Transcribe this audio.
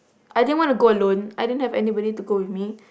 I didn't want to go alone I didn't have anybody to go with me